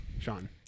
Sean